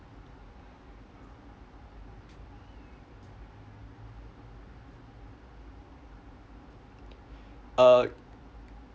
uh